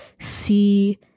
see